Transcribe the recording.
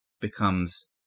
becomes